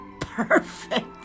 perfect